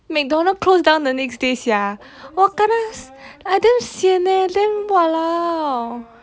mcdonald's closed down the next day sia I damn sian eh damn !walao!